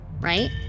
Right